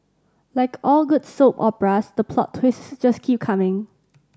like all good soap operas the plot twists just keep coming